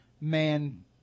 man